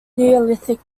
neolithic